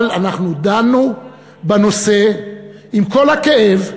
אבל אנחנו דנו בנושא עם כל הכאב,